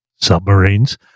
submarines